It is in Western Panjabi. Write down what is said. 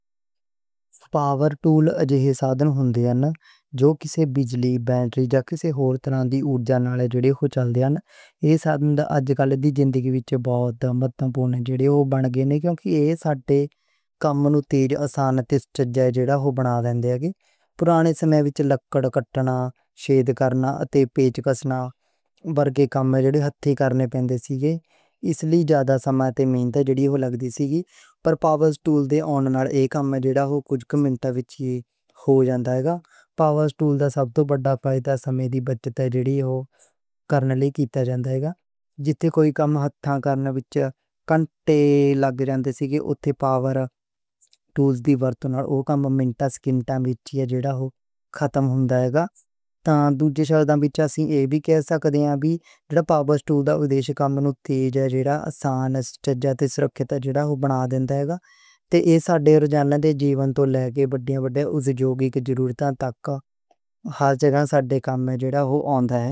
پاور ٹولاں دے حصے تاں ہوندیاں نیں جو کسے بجلی، بیٹری جاں کسے ہور طرح دی اُرجا نال جڑے ہو چل دے نیں۔ ایہہ سادھن اَجکل دی زندگی وِچ بہت مہتوپورن بن گئے نیں، کیوں جو ایہہ ساڈے کم نوں تیز، آسان تے محفوظ بنا دیندے نیں۔ پُرانے سمے وِچ لکڑ کٹنا، شیڈ کرنا اتے پیچ کسنا ورگے کم کرنے پَیندے سن۔ اس لئی زیادہ سمے تے محنت لگ دی سی۔ پر پاور ٹول دے آن نال ایہہ کم کُج منٹاں وِچ ہو جاندا ہے، پاور ٹول دا سب توں وڈا فائدہ سمے دی بچت ہے۔ جِتھے کوئی کم ہتھاں نال کرنے وِچ کنٹے لگ جاندے سن اُتھے پاور ٹول دی ورتوں نال اوہ کم منٹاں وِچ ختم ہو جاندا ہے۔ تے دُجے سوڈے وِچ ایہہ وی کہہ سکدے آں وی پاور ٹول دا ویسہ کم نوں تیز، آسان تے محفوظ بنا دیندے نیں۔ ایہہ ساڈے روزانہ دے جیون تے وڈے وڈے ادیوگی کھیتراں وِچ ہر جگہ ساڈے کم وِچ جُڑے ہُندے نیں۔